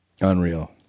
Unreal